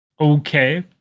okay